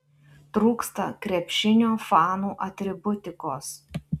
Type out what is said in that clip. trūksta krepšinio fanų atributikos